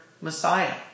Messiah